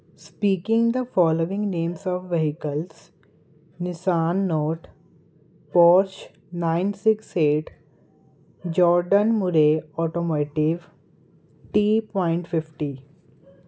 speaking the following names of vehicles Nissan Note Porsche nine six eight Jordan Murray automotive T point fifty